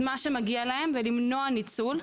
וזאת כדי למנוע ניצול.